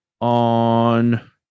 on